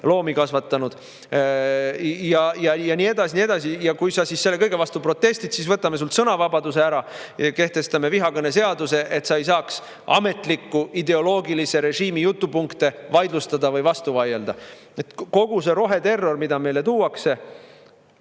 loomi kasvatanud. Ja nii edasi ja nii edasi. Ja kui sa siis selle kõige vastu protestid, siis võtame sult sõnavabaduse ära, kehtestame vihakõneseaduse, et sa ei saaks ametliku ideoloogilise režiimi jutupunkte vaidlustada või vastu vaielda. Kogu see roheterror, mida meile tuuakse,